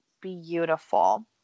beautiful